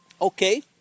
okay